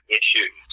issues